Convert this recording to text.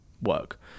work